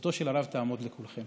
זכותו של הרב תעמוד לכולכם.